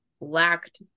lacked